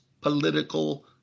political